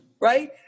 right